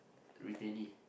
retainee